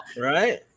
Right